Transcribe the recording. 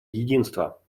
единства